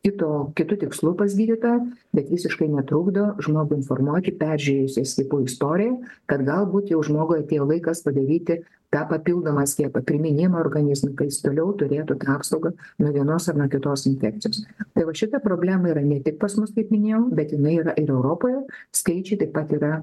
kito kitu tikslu pas gydytoją bet visiškai netrukdo žmogų informuoti peržiūrėjus skiepų istoriją kad galbūt jau žmogui atėjo laikas padaryti tą papildomą skiepą priminimo organizmui kad jis toliau turėtų tą apsauga nuo vienos ar kitos infekcijos tai va šita problema yra ne tik pas mus kaip minėjau bet jinai yra ir europoje skaičiai taip pat yra